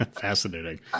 Fascinating